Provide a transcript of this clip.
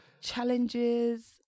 Challenges